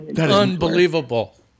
unbelievable